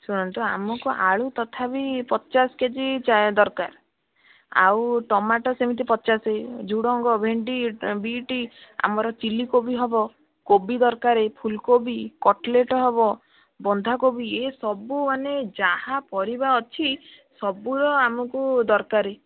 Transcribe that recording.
ଶୁଣନ୍ତୁ ଆମକୁ ଆଳୁ ତଥାପି ପଚାଶ କେଜି ଯାଏଁ ଦରକାର ଆଉ ଟମାଟୋ ସେମିତି ପଚାଶ ଝୁଡ଼ଙ୍ଗ ଭେଣ୍ଡି ବିଟ୍ ଆମର ଚିଲିକୋବି ହେବ କୋବି ଦରକାରେ ଫୁଲକୋବି କଟ୍ଲେଟ୍ ହେବ ବନ୍ଧାକୋବି ଏ ସବୁ ମାନେ ଯାହା ପରିବା ଅଛି ସବୁର ଆମକୁ ଦରକାରୀ